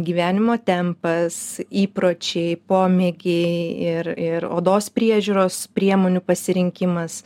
gyvenimo tempas įpročiai pomėgiai ir ir odos priežiūros priemonių pasirinkimas